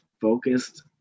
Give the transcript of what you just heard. focused